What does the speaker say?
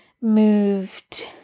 moved